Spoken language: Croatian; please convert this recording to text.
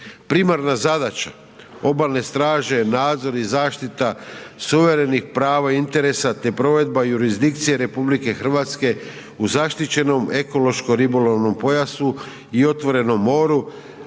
Primarna zadaća obalne straže je nadzor i zaštita suverenih prava i interesa te provedba jurisdikcije RH u zaštićenom ekološko-ribolovnom pojasu i otvorenom moru,